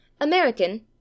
American